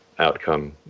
outcome